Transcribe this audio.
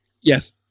Yes